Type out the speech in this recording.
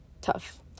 tough